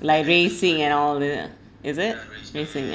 like racing and all is it is it racing